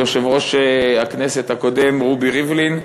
יושב-ראש הכנסת הקודם רובי ריבלין.